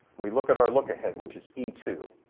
we look at our lookahead which is e two.